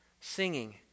singing